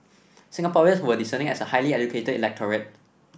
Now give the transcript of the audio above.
Singaporeans were discerning as a highly educated electorate